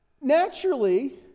naturally